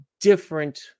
different